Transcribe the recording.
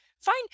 fine